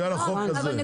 החוק הזה.